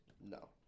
No